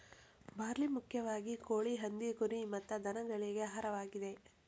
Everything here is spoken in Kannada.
ಬಾರ್ಲಿ ಮುಖ್ಯವಾಗಿ ಕೋಳಿ, ಹಂದಿ, ಕುರಿ ಮತ್ತ ದನಗಳಿಗೆ ಆಹಾರವಾಗಿದೆ